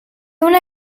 una